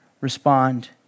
respond